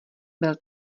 byl